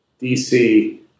DC